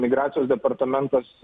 migracijos departamentas